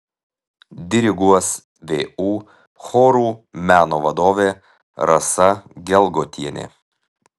diriguos vu chorų meno vadovė rasa gelgotienė